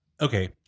Okay